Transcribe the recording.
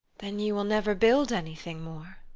then you will never build anything more?